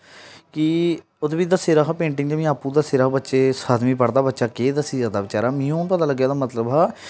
कि ओह्दे बिच दस्से दा हा पेंटिंग च में आपूं दस्से दा हा बच्चे सतमीं पढ़दा बच्चा केह् दस्सी सकदा बचेरा मी हून पता लग्गेआ एह्दा मतलब हा